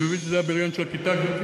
אני מבין שזה הבריון של הכיתה, גברתי?